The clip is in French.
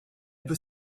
peut